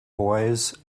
boys